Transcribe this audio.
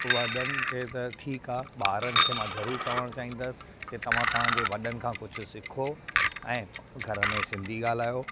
वॾनि खे त ठीकु आहे ॿारनि खे मां ज़रूरु चवणु चाहींदसि तव्हां तव्हांजे वॾनि खां कुझु सिखो ऐं घर में सिंधी ॻाल्हायो